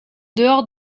dehors